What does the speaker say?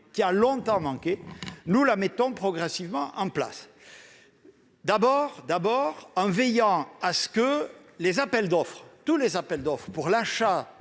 qui a longtemps manqué, nous la mettons progressivement en place. D'abord, nous veillons à ce que tous les appels d'offres pour l'achat